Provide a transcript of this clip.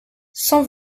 cent